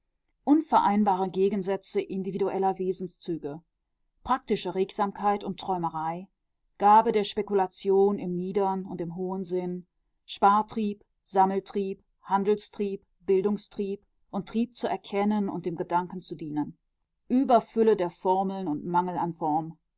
unvereinbare gegensätze individueller wesenszüge praktische regsamkeit und träumerei gabe der spekulation im niedern und im hohen sinn spartrieb sammeltrieb handelstrieb bildungstrieb und trieb zu erkennen und dem gedanken zu dienen überfülle der formeln und mangel an form